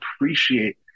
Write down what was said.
appreciate